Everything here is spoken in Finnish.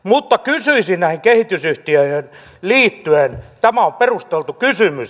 mutta kysyisin näihin kehitysyhtiöihin liittyen tämä on perusteltu kysymys